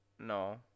No